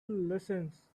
lessons